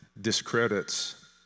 discredits